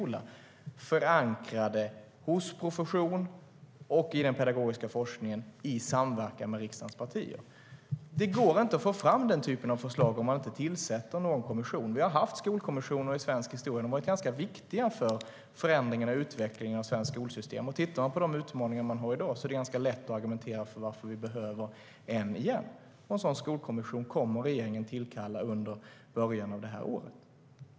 Förslagen kommer att vara förankrade hos professionen och i den pedagogiska forskningen i samverkan med riksdagens partier.